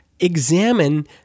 examine